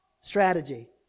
Strategy